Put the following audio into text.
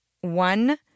one